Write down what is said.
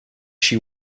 she